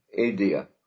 idea